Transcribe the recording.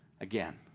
again